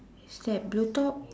is like blue top